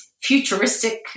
futuristic